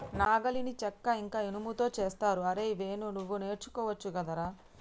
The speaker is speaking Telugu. నాగలిని చెక్క ఇంక ఇనుముతో చేస్తరు అరేయ్ వేణు నువ్వు నేర్చుకోవచ్చు గదరా